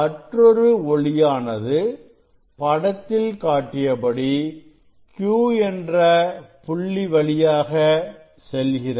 மற்றொரு ஒளியானது படத்தில் காட்டியபடி Q என்ற புள்ளி வழியாக செல்கிறது